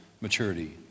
maturity